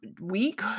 week